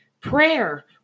Prayer